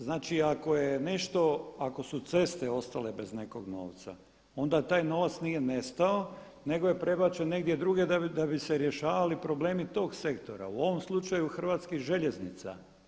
Znači ako je nešto, ako su ceste ostale bez nekog novca onda taj novac nije nestao nego je prebačen negdje drugdje da bi se rješavali problemi tog sektora, u ovom slučaju Hrvatskih željeznica.